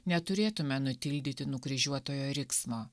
neturėtume nutildyti nukryžiuotojo riksmo